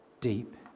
deep